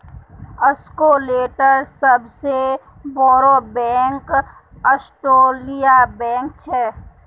स्कॉटलैंडेर सबसे बोड़ो बैंक स्कॉटिया बैंक छे